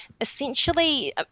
Essentially